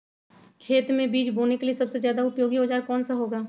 खेत मै बीज बोने के लिए सबसे ज्यादा उपयोगी औजार कौन सा होगा?